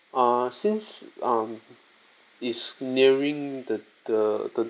uh since um it's nearing the the the